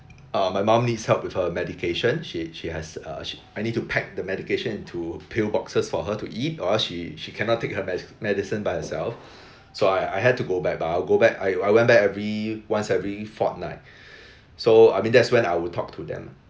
uh my mom needs help with her medication she she has uh she I need to pack the medication into pill boxes for her to eat or else she she cannot take her med~ medicine by herself so I I had to go back but I will go back I I went back every once every fortnight so I mean that's when I will talk to them